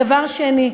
דבר שני: